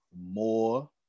more